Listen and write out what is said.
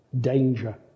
danger